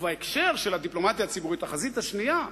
ובהקשר של הדיפלומטיה הציבורית, החזית השנייה,